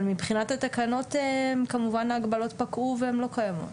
אבל מבחינת התקנות כמובן התקנות פקעו והן לא קיימות.